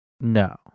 No